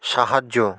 সাহায্য